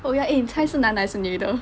oh ya eh 你猜是男的还是女的